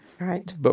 Right